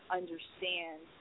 understand